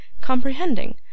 comprehending